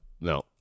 No